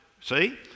See